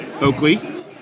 Oakley